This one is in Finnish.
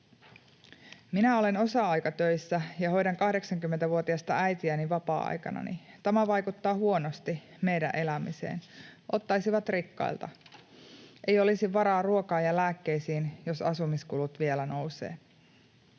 ”Minä olen osa-aikatöissä ja hoidan 80-vuotiasta äitiäni vapaa-aikanani. Tämä vaikuttaa huonosti meidän elämiseen. Ottaisivat rikkailta!” ”Ei olisi varaa ruokaan ja lääkkeisiin, jos asumiskulut vielä lisää